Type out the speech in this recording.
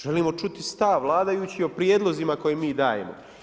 Želimo čuti stav vladajućih o prijedlozima koje mi daje.